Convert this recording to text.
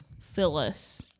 Phyllis